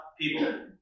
people